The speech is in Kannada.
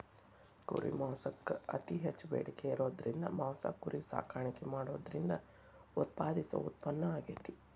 ಕುರಿ ಮಾಂಸಕ್ಕ್ ಅತಿ ಹೆಚ್ಚ್ ಬೇಡಿಕೆ ಇರೋದ್ರಿಂದ ಮಾಂಸ ಕುರಿ ಸಾಕಾಣಿಕೆ ಮಾಡೋದ್ರಿಂದ ಉತ್ಪಾದಿಸೋ ಉತ್ಪನ್ನ ಆಗೇತಿ